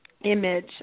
image